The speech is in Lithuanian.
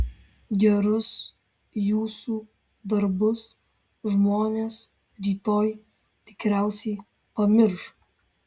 gerus jūsų darbus žmonės rytoj tikriausiai pamirš